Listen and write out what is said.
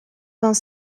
vingt